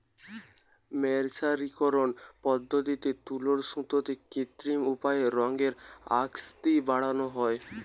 মের্সারিকরন পদ্ধতিতে তুলোর সুতোতে কৃত্রিম উপায়ে রঙের আসক্তি বাড়ানা হয়